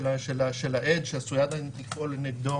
לא נראה לי הגיוני שבחוק כזה יש זכות וטו של 100% לתובע.